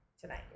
tonight